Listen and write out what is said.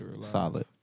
solid